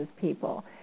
people